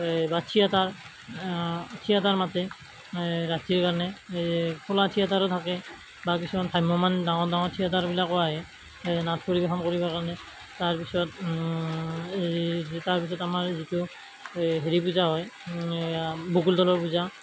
বা theatre theatre মাতে ৰাতিৰ কাৰণে এই খোলা থিয়েটাৰো থাকে বা কিছুমান ভ্ৰাম্যমান ডাঙৰ ডাঙৰ থিয়েটাৰ বিলাকো আহে নাট পৰিবেশন কৰিবৰ কাৰণে তাৰ পিছত হেৰি তাৰপিছত আমাৰ যিটো এই হেৰি পূজা হয় এয়া বকুল তলৰ পূজা